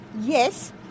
yes